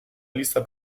lista